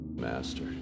master